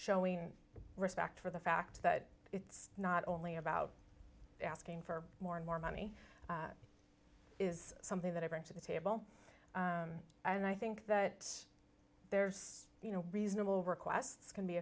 showing respect for the fact that it's not only about asking for more and more money is something that i bring to the table and i think that there's you know reasonable requests can be